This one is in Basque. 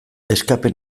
escape